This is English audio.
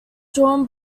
drawn